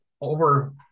over